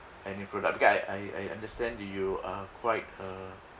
a new product because I I I understand you are quite a